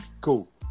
cool